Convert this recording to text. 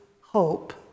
Hope